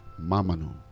Mamanu